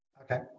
Okay